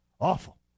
Awful